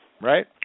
Right